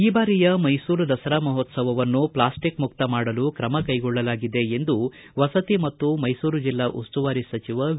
ಈ ಬಾರಿಯ ಮೈಸೂರು ದಸರಾ ಮಹೋತ್ಸವವನ್ನು ಪ್ಲಾಸ್ಟಿಕ್ ಮುಕ್ತ ಮಾಡಲು ಕ್ರಮ ಕೈಗೊಳ್ಳಲಾಗಿದೆ ಎಂದು ವಸತಿ ಮತ್ತು ಮೈಸೂರು ಜಿಲ್ಲಾ ಉಸ್ತುವಾರಿ ಸಚಿವ ವಿ